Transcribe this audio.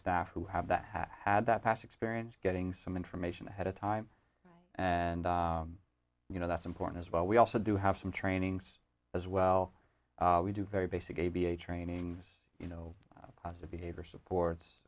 staff who have that have had that past experience getting some information ahead of time and you know that's important as well we also do have some trainings as well we do very basic a b a training you know positive behavior supports